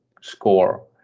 score